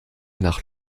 nach